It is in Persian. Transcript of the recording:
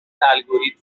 الگوریتم